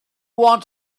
want